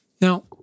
Now